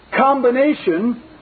combination